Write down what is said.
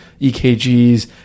EKGs